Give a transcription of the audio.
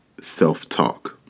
self-talk